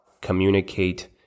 communicate